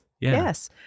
Yes